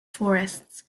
forests